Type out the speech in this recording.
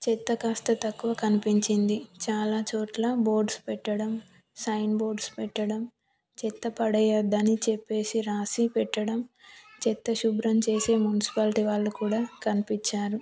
చెత్త కాస్త తక్కువ కనిపించింది చాలా చోట్ల బోర్డ్స్ పెట్టడం సైన్ బోర్డ్స్ పెట్టడం చెత్త పడేయ వద్దని చెప్పి రాసి పెట్టడం చెత్త శుభ్రం చేసే మున్సిపాలిటీ వాళ్ళు కూడా కనిపించారు